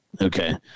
Okay